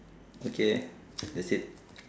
okay that's it